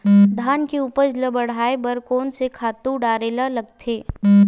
धान के उपज ल बढ़ाये बर कोन से खातु डारेल लगथे?